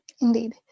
Indeed